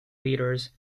leaders